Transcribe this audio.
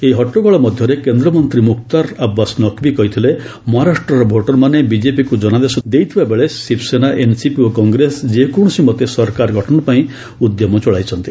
ଏହି ହଟ୍ଟଗୋଳ ମଧ୍ୟରେ କେନ୍ଦ୍ରମନ୍ତ୍ରୀ ମୁକ୍ତାର ଆବାସ୍ ନକ୍ବୀ କହିଥିଲେ ମହାରାଷ୍ଟ୍ରର ଭୋଟର୍ମାନେ ବିଜେପିକୁ ଜନାଦେଶ ଦେଇଥିବାବେଳେ ଶିବସେନା ଏନ୍ସିପି ଓ କଂଗ୍ରେସ ଯେକୌଣସି ମତେ ସରକାର ଗଠନପାଇଁ ଉଦ୍ୟମ ଚଳାଇଛନ୍ତି